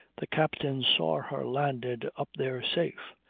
the captain saw her landed up there safe.